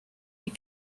die